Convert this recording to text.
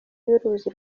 y’uruzi